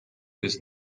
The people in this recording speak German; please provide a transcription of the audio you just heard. bis